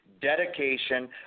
dedication